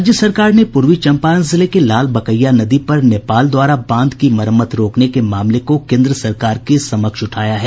राज्य सरकार ने पूर्वी चंपारण जिले की लाल वकैया नदी पर नेपाल द्वारा बांध की मरम्मत रोकने के मामले को केंद्र सरकार के समक्ष उठाया है